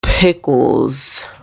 pickles